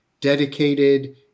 dedicated